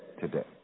today